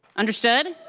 understood?